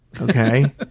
okay